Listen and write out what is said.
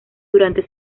durante